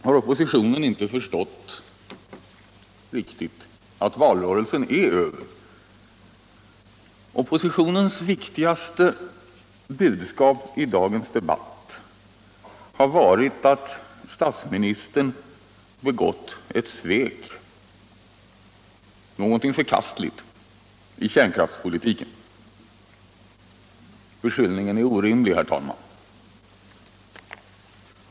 Har oppositionen inte riktigt förstått att valrörelsen är över? Oppositionens viktigaste budskap i dagens debatt har varit att statsministern begått ett svek, någonting förkastligt, i kärnkraftspolitiken. Beskyllningen är orimlig, herr talman.